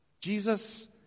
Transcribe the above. jesus